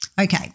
Okay